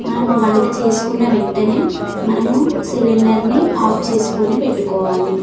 మనం వంట చేసుకున్న వెంటనే మనము సిలిండర్ని ఆఫ్ చేసుకొని పెట్టుకోవాలి